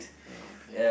oh okay